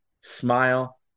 smile